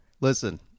Listen